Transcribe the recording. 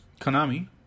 Konami